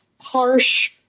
harsh